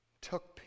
took